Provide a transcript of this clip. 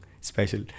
special